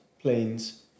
planes